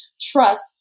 trust